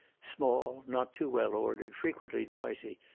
small, not too well-ordered, frequently noisy,